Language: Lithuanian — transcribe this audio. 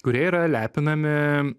kurie yra lepinami